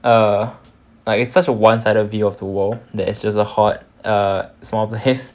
err like it's such a one sided view of the world that it's just a hot err small place